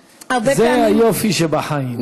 הצעת החוק היא הצעת חוק חברתית,